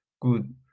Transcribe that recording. Good